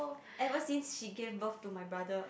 ever since she gave birth to my brother